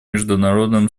международным